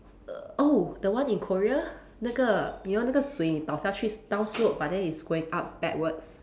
err oh the one in Korea 那个 you know 那个水你倒下去 down slope but then it's going up backwards